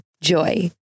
Joy